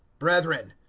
brethren,